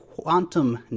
quantum